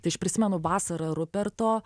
tai aš prisimenu vasarą ruperto